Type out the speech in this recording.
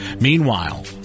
Meanwhile